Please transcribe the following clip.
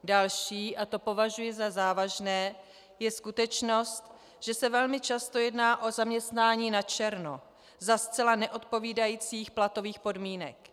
Další, a to považuji za závažné, je skutečnost, že se velmi často jedná o zaměstnání načerno za zcela neodpovídajících platových podmínek.